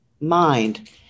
mind